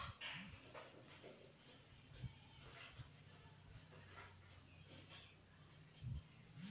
bank में रखल पईसा तोहरा मूल धन हवे जवन बियाज मिलत बाटे उ तअ लाभवे न बाटे